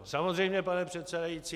Samozřejmě, pane předsedající.